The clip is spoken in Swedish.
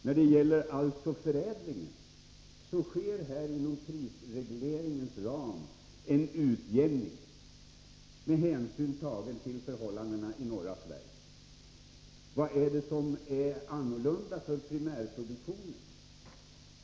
När det gäller förädlingen sker inom prisregleringens ram en utjämning med hänsyn tagen till förhållandena i norra Sverige. Vad är det som är annorlunda när det gäller primärproduktionen?